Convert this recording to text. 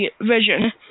vision